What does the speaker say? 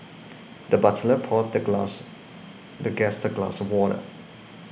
the butler poured the glass the guest a glass of water